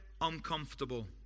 uncomfortable